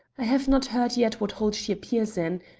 i have not heard yet what hall she appears in.